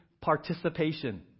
participation